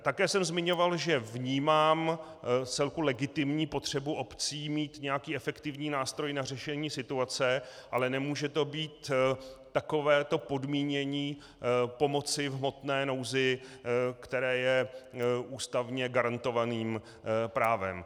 Také jsem zmiňoval, že vnímám vcelku legitimní potřebu obcí mít nějaký efektivní nástroj na řešení situace, ale nemůže to být takovéto podmínění pomoci v hmotné nouzi, které je ústavně garantovaným právem.